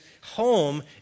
home